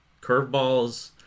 curveballs